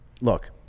look